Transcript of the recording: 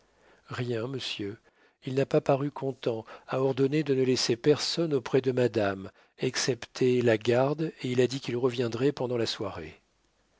rien monsieur il n'a pas paru content a ordonné de ne laisser personne auprès de madame excepté la garde et il a dit qu'il reviendrait pendant la soirée